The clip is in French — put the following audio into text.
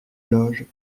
loges